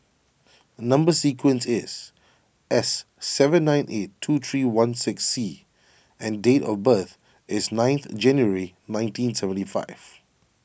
Number Sequence is S seven nine eight two three one six C and date of birth is ninth January nineteen seventy five